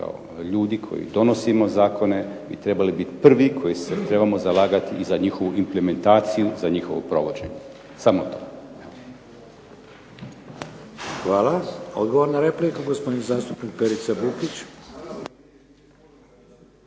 kao ljudi koji donosimo zakone bi trebali biti prvi koji se trebamo zalagati i za njihovu implementaciju i za njihovo provođenje. Samo to. **Šeks, Vladimir (HDZ)** Hvala. Odgovor na repliku, gospodin zastupnik Perica Bukić.